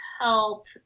help